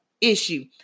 issue